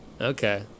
Okay